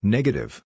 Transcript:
Negative